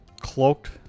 cloaked